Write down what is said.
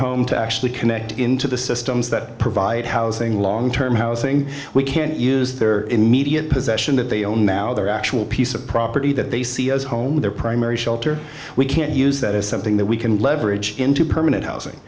home to actually connect into the systems that provide housing long term housing we can use their immediate possession that they own now their actual piece of property that they see as home their primary shelter we can use that is something that we can leverage into permanent housing